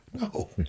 no